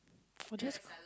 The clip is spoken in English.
for just